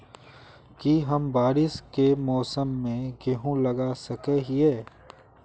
की हम बारिश के मौसम में गेंहू लगा सके हिए?